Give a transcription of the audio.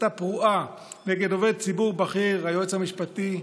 פרועה נגד עובד ציבור בכיר, היועץ המשפטי,